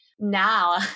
Now